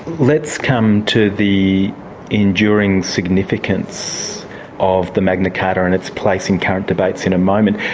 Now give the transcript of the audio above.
let's come to the enduring significance of the magna carta and its place in current debates in a moment.